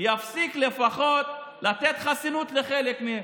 יפסיק לפחות לתת חסינות לחלק מהם.